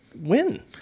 win